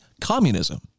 communism